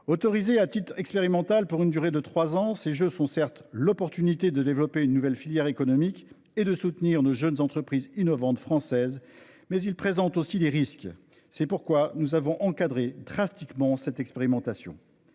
Autorisés à titre expérimental pour une durée de trois ans, ces jeux sont certes l’occasion de développer une nouvelle filière économique et de soutenir nos jeunes entreprises innovantes françaises, mais ils présentent aussi des risques. C’est pourquoi nous avons très strictement encadré cette expérimentation.